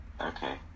Okay